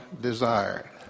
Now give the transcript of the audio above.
desired